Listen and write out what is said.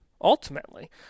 ultimately